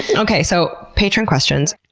and okay, so, patron questions.